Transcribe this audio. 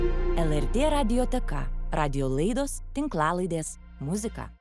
lrt radijoteka radijo laidos tinklalaidės muzika